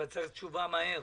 אבל צריך תשובה מהר,